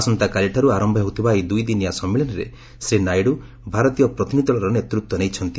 ଆସନ୍ତାକାଲିଠାରୁ ଆରମ୍ଭ ହେଉଥିବା ଏହି ଦୁଇଦିନିଆ ସମ୍ମିଳନୀରେ ଶ୍ରୀ ନାଇଡୁ ଭାରତୀୟ ପ୍ରତିନିଧି ଦଳର ନେତୃତ୍ୱ ନେଇଛନ୍ତି